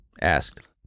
asked